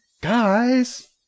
Guys